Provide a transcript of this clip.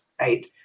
right